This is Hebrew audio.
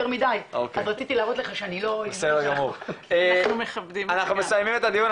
מידי אז רציתי להראות לך שאני לא --- אנחנו מסיימים את הדיון,